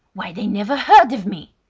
why they never heard of me!